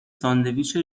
ساندویچ